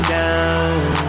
down